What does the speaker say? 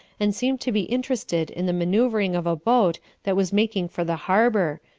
and seemed to be interested in the manoeu vring of a boat that was making for the harbour,